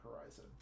Horizon